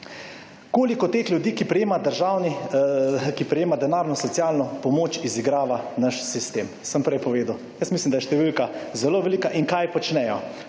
Koliko teh ljudi, ki prejema denarno socialno pomoč izigrava naš sistem? Sem prej povedal. Jaz mislim, da je številka zelo velika in kaj počnejo?